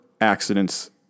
accidents